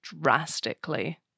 drastically